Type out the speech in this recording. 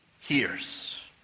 hears